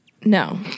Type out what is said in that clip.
No